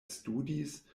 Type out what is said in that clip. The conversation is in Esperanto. studis